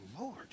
Lord